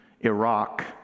Iraq